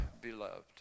beloved